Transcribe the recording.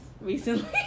recently